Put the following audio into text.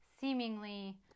seemingly